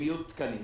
אם יהיו תקנים,